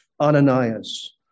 Ananias